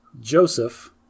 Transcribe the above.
Joseph